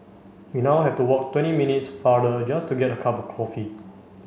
we now have to walk twenty minutes farther just to get a cup of coffee